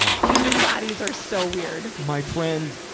human bodies are so weird. my friend,